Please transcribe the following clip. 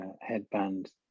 headband